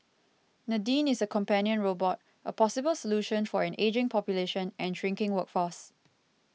Nadine is a companion robot a possible solution for an ageing population and shrinking workforce